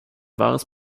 wahres